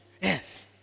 yes